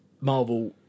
Marvel